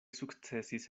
sukcesis